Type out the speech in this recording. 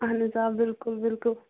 اَہن آ بلکُل بلکُل